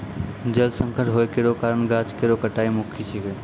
जल संकट होय केरो कारण गाछ केरो कटाई मुख्य छिकै